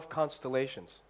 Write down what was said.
constellations